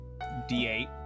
D8